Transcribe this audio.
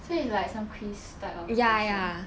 so it's like some quiz type of question